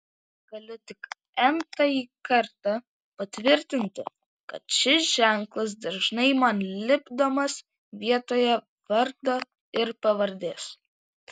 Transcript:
galiu tik n tąjį kartą patvirtinti kad šis ženklas dažnai man lipdomas vietoje vardo ir pavardės